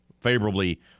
favorably